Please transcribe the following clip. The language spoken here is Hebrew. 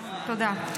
תודה.